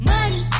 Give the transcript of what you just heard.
Money